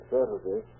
Saturday